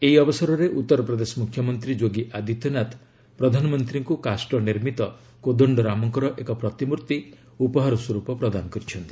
ଏହି ଅବସରରେ ଉତ୍ତରପ୍ରଦେଶ ମୁଖ୍ୟମନ୍ତ୍ରୀ ଯୋଗୀ ଆଦିତ୍ୟନାଥ ପ୍ରଧାନମନ୍ତ୍ରୀଙ୍କୁ କାଷ୍ଟ ନିର୍ମିତ କୋଦଣ୍ଡ ରାମଙ୍କର ଏକ ପ୍ରତିମ୍ଭି ଉପହାର ସ୍ୱରୂପ ପ୍ରଦାନ କରିଛନ୍ତି